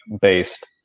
based